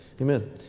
Amen